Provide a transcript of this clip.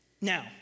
Now